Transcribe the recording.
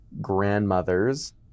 grandmother's